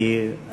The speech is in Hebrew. כי עבר הזמן.